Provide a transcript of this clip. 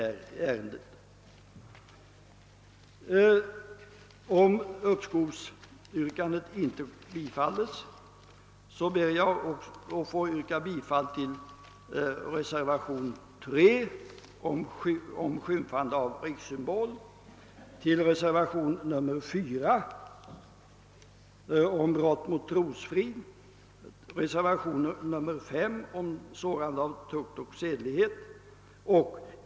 För den händelse uppskovsyrkandet inte bifalles ber jag att få yrka bifall till reservationen 3 som gäller skymfande av rikssymbol, till reservationen 4 om brott mot trosfrid och till reservationen 5 om sårande av tukt och sedlighet m.m.